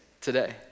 today